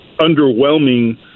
underwhelming